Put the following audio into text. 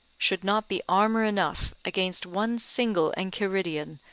should not be armour enough against one single enchiridion,